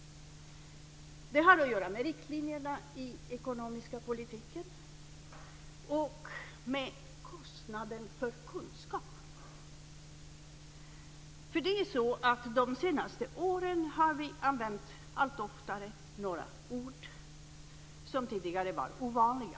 Det har att göra med riktlinjerna i den ekonomiska politiken och med kostnaden för kunskap. Under de senaste åren har vi allt oftare använt några ord som tidigare var ovanliga.